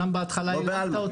אמנם בהתחלה הלהבת אותי,